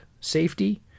safety